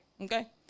okay